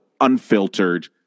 unfiltered